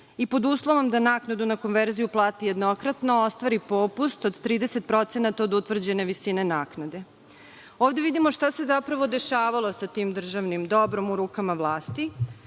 i pod uslovom da naknadu na konverziju plati jednokratno, ostvari popust od 30% od utvrđene visine naknade. Ovde vidimo šta se zapravo dešavalo sa tim državnim dobrom u rukama vlasti.